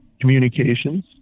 communications